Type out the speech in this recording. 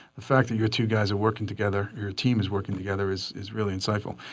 the fact that your two guys are working together, your team is working together, is is really insightful.